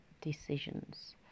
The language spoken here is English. decisions